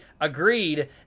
Agreed